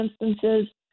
instances